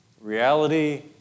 Reality